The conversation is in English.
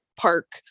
park